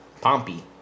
Pompey